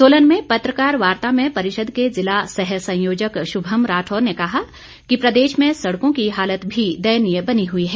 सोलन में पत्रकार वार्ता में परिषद के जिला सहसंयोजक शुभम राठौर ने कहा कि प्रदेश में सड़कों की हालत भी दयनीय बनी हुई है